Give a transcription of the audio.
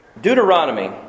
Deuteronomy